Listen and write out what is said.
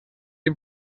dem